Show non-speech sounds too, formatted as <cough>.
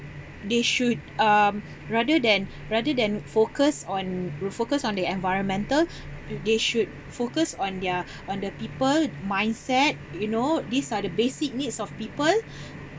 they should um rather than rather than focus on uh focus on the environmental <breath> they should focus on their <breath> on the people mindset you know these are the basic needs of people